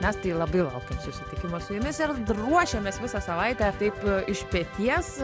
mes tai labai laukiam susitikimo su jumis ir ruošiamės visą savaitę taip iš peties